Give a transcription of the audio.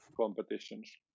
competitions